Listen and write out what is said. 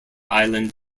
island